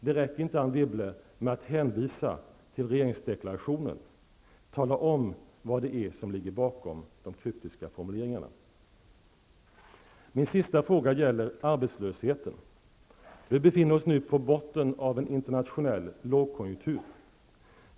Det räcker inte, Anne Wibble, med att hänvisa till regeringsdeklarationen. Tala om vad det är som ligger bakom de kryptiska formuleringarna! Min sista fråga gäller arbetslösheten. Vi befinner oss nu på botten av en internationell lågkonjunktur.